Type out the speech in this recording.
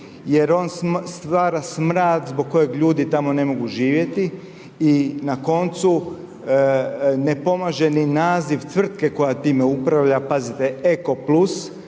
jer on stvara smrad zbog kojeg ljudi tamo ne mogu živjeti. I na koncu ne pomaže ni naziv tvrtke koja time upravlja, pazite eko plus,